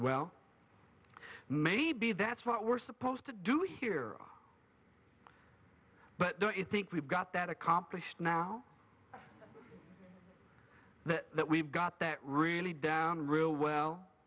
well maybe that's what we're supposed to do here but there it think we've got that accomplished now that that we've got that really down real well